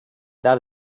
that